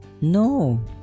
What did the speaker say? No